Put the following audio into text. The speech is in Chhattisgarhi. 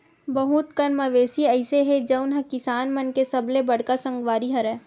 बहुत कन मवेशी अइसे हे जउन ह किसान मन के सबले बड़का संगवारी हरय